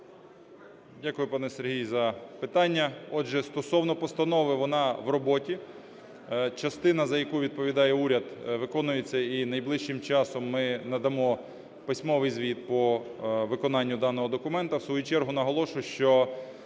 Дякую, пане Сергій, за питання. Отже, стосовно постанови. Вона в роботі. Частина, за яку відповідає уряд, виконується, і найближчим часом ми надамо письмовий звіт по виконанню даного документа. В свою чергу наголошую, що